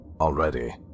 Already